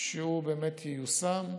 שהוא באמת ייושם,